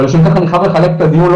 אבל לשם כך אני חייב לחלק את הדיון לא